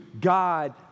God